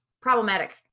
problematic